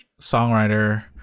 songwriter